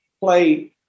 play